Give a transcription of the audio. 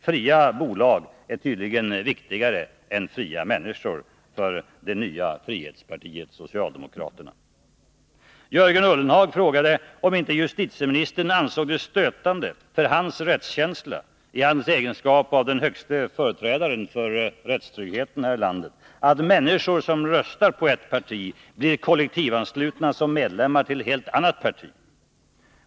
Fria bolag är tydligen viktigare än fria människor för det nya frihetspartiet socialdemokraterna. Jörgen Ullenhag frågade om inte justitieministern ansåg det stötande för hans rättskänsla — i hans egenskap av den högste företrädaren för rättstryggheten här i landet — att människor som röstar på ett visst parti blir kollektivanslutna som medlemmar till ett helt annat.